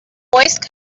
voice